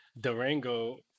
Durango